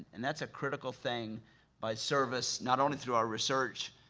and that's a critical thing by service, not only through our research,